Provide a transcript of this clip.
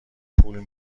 پول